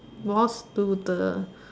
walls to the